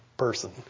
person